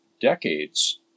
decades